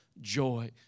joy